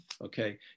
okay